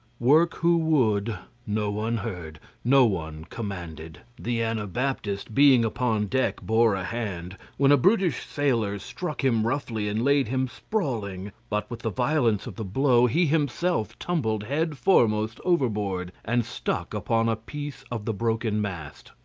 work who would, no one heard, no one commanded. the anabaptist being upon deck bore a hand when a brutish sailor struck him roughly and laid him sprawling but with the violence of the blow he himself tumbled head foremost overboard, and stuck upon a piece of the broken mast.